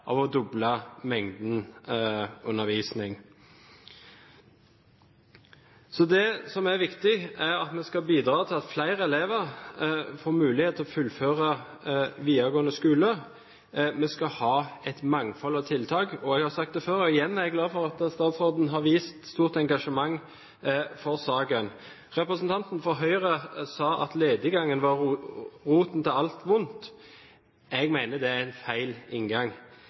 av å få doblet mengden undervisning. Det som er viktig, er at vi bidrar til at flere elever får mulighet til å fullføre videregående skole. Vi skal ha et mangfold av tiltak. Jeg har sagt det før, og jeg sier det igjen: Jeg er glad for at statsråden har vist et stort engasjement for saken. Representanten for Høyre sa at lediggang er roten til alt ondt. Jeg mener det er en feil inngang.